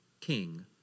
king